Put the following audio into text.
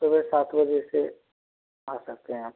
सुबह सात बजे से आ सकते हैं आप